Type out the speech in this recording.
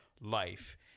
life